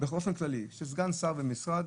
באופן כללי מה ההגדרה של סגן שר במשרד?